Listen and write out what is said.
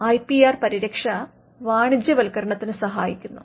IPR പരിരക്ഷ വാണിജ്യവത്ക്കരണത്തിന് സഹായിക്കുന്നു